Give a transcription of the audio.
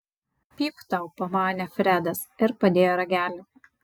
pypt tau pamanė fredas ir padėjo ragelį